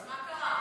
אז מה קרה?